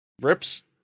Rips